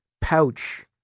pouch